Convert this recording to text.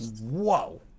Whoa